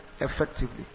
effectively